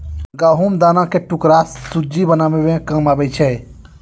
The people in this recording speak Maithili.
गहुँम दाना के टुकड़ा सुज्जी बनाबै मे काम आबै छै